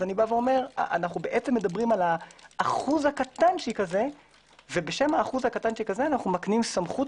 אנחנו מדברים על האחוז הקטן הזה ובשמו אנו מקנים סמכות